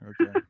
Okay